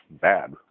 bad